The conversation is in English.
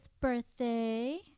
birthday